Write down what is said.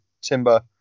timber